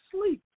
sleep